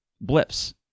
blips